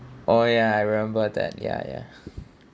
oh ya I remember that ya ya